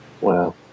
Wow